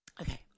Okay